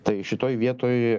tai šitoj vietoj